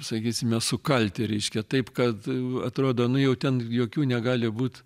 sakysime sukalti reiškia taip kad atrodo nu jau ten jokių negali būt